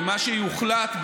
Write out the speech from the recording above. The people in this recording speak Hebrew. ומה שיוחלט,